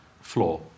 floor